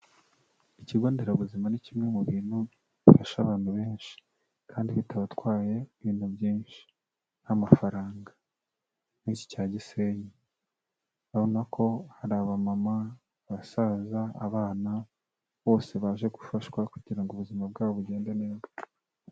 Ikigo nderabuzima ni kimwe mu bintu bifasha abantu benshi kandi bitabatwaye ibintu byinshi nk'amafaranga, nk'iki cya Gisenyi, urabona ko hari abamama, abasaza, abana bose baje gufashwa kugira ngo ubuzima bwabo bugende neza.